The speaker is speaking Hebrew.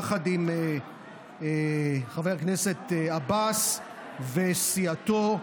יחד עם חבר הכנסת עבאס וסיעתו,